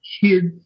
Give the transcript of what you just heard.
kids